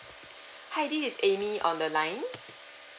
hi this is amy on the line